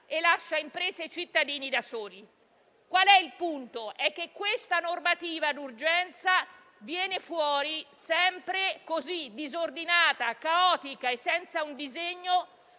e lascia imprese e cittadini da soli. Il punto è che questa normativa d'urgenza viene fuori disordinata, caotica e senza un disegno,